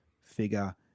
figure